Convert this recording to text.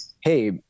Hey